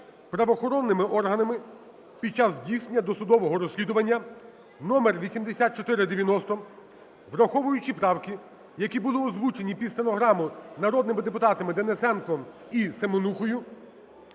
правоохоронними органами під час здійснення досудового розслідування (№8490), враховуючи правки, які були озвучені під стенограму народними депутатами Денисенком і Семенухою,